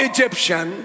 Egyptian